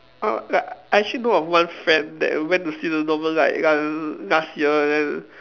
uh like I actually know of one friend that went to see the Northern light ya last year and then